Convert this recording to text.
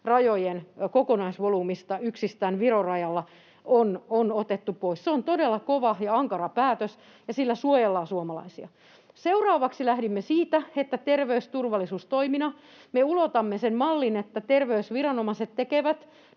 rajojen kokonaisvolyymista yksistään Viron rajalla on otettu pois. Se on todella kova ja ankara päätös, ja sillä suojellaan suomalaisia. Seuraavaksi lähdimme siitä, että terveysturvallisuustoimina me ulotamme sen mallin, että terveysviranomaiset tekevät